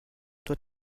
toi